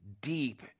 deep